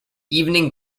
evening